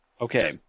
Okay